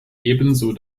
ebenso